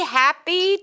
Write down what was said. happy